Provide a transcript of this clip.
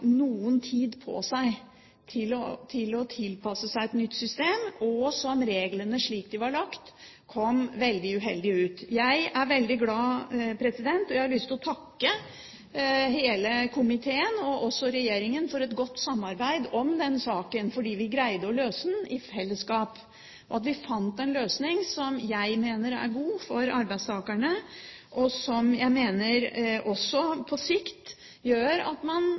noen tid på seg til å tilpasse seg et nytt system, og at reglene slik de var lagt, kom veldig uheldig ut. Jeg er veldig glad for – jeg har lyst til å takke hele komiteen og også regjeringen for et godt samarbeid om den saken, fordi vi greide å løse den i fellesskap – at vi fant en løsning som jeg mener er god for arbeidstakerne, og som jeg mener også på sikt gjør at man